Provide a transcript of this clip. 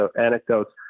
anecdotes